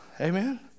Amen